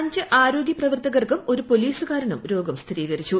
അഞ്ച് ആരോഗ്യ പ്രവർത്തകർക്കും ഒരു പൊലീസുകാരനും രോഗം സ്ഥിരീകരിച്ചു